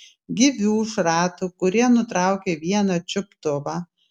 gyvių šratų kurie nutraukė vieną čiuptuvą